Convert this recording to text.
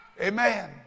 Amen